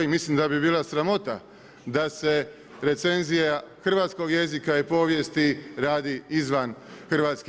Mislim da bi bila sramota da se recenzija hrvatskog jezika i povijesti radi izvan Hrvatske.